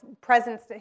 presence